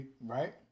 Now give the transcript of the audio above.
right